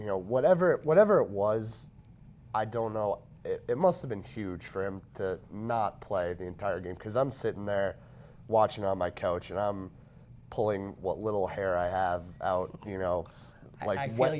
you know whatever it whatever it was i don't know it must have been huge for him to not play the entire game because i'm sitting there watching on my couch and i'm pulling what little hair i have out you know like when